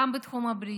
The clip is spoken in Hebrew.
גם בתחום הבריאות,